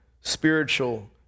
spiritual